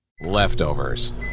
leftovers